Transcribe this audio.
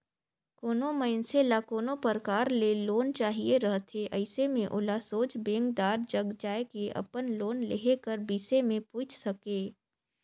कोनो मइनसे ल कोनो परकार ले लोन चाहिए रहथे अइसे में ओला सोझ बेंकदार जग जाए के अपन लोन लेहे कर बिसे में पूइछ सके